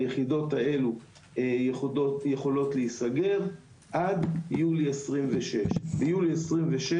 היחידות האלה יכולות להיסגר עד יולי 2026. ביולי 2026,